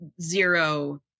zero